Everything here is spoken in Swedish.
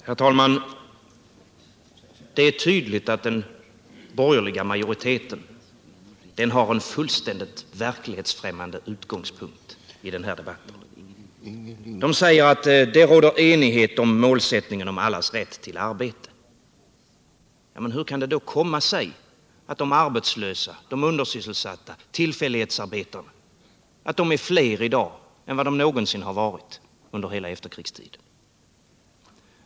Herr talman! Det är tydligt att den borgerliga majoriteten har en fullständigt verklighetsfrämmande utgångspunkt i den här debatten. Man säger att det råder enighet om målsättningen om allas rätt till arbete. Men hur kan det då komma sig att de arbetslösa, de undersysselsatta och tillfällighetsarbetarna är fler i dag än vad de någonsin har varit under hela efterkrigstiden?